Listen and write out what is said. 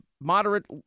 moderate